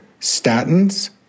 statins